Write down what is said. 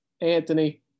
Anthony